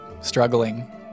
struggling